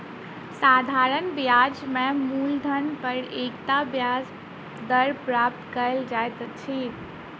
साधारण ब्याज में मूलधन पर एकता ब्याज दर प्राप्त कयल जाइत अछि